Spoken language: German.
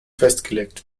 festgelegt